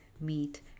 meat